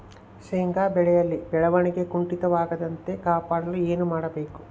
ಶೇಂಗಾ ಬೆಳೆಯಲ್ಲಿ ಬೆಳವಣಿಗೆ ಕುಂಠಿತವಾಗದಂತೆ ಕಾಪಾಡಲು ಏನು ಮಾಡಬೇಕು?